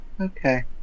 Okay